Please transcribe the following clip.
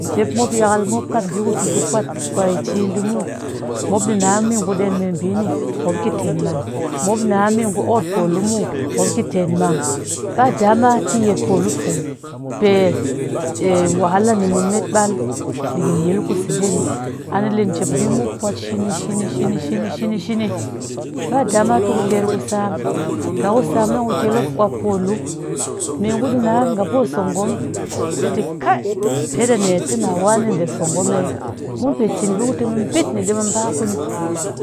Njep mop yakal mop kwat ɓii ku tɨ tu kwat kwe ciin ɗii muw mop ɗii na mengu ɗeen meɓiini mopki tenmang mop na mengu okot poolu muw mop tenmang, badama tɨ yet poolu fung pe wahala ni mun metɓal ɗiikɨnyi kuseɗe anile njep ɓiimop pwat shini, shini, shini badama tɨ ku ter ku sam kat ku sam dang ku kyel mop ɓwp poolu mengu ɗii na nga poso gom ɗii tɨ kai pet ane tɨ nawani ɗe sogom hee mun pe cin ɓii kutɨ mu ɓetni ɗii mu bakuni,